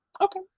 Okay